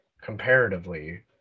comparatively